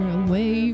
away